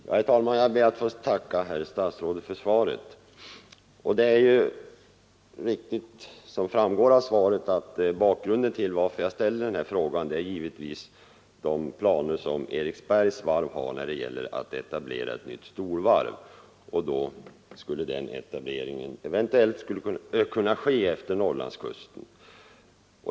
Herr talman! Jag ber att få tacka herr statsrådet för svaret. Det är ju riktigt som han säger, att bakgrunden till att jag har ställt den här frågan är de planer som Eriksbergs varv har på att etablera ett nytt storvarv och att den etableringen eventuellt skulle kunna ske efter Norrlandskusten.